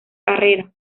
carrera